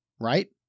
right